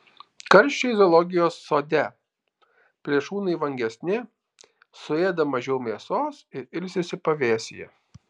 karščiai zoologijos sode plėšrūnai vangesni suėda mažiau mėsos ir ilsisi pavėsyje